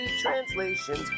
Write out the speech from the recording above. translations